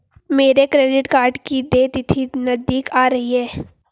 मेरे credit card की देय तिथि नज़दीक आ रही है